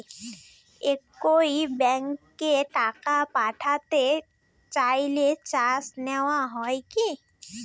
একই ব্যাংকে টাকা পাঠাতে চাইলে চার্জ নেওয়া হয় কি?